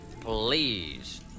please